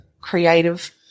creative